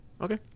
Okay